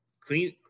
clean